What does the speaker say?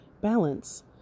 balance